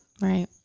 Right